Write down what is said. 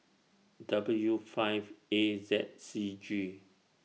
W five A Z C G